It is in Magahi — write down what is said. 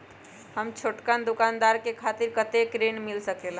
हम छोटकन दुकानदार के खातीर कतेक ऋण मिल सकेला?